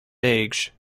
age